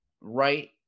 right